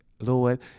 Lord